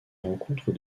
rencontres